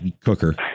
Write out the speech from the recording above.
cooker